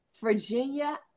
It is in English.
Virginia